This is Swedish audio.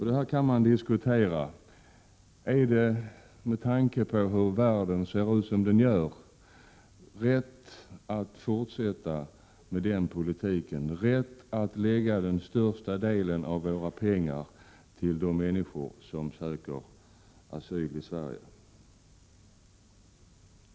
Det kan diskuteras om det, med tanke på hur situationen ser ut i världen, är rätt att fortsätta med denna politik att lägga största delen av våra pengar på de människor som söker asyli Sverige.